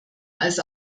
als